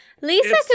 Lisa